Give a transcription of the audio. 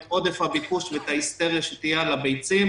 עודף הביקוש ואת ההיסטריה שתהיה על הביצים,